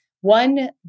one